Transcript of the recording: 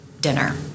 dinner